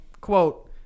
quote